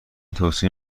توصیه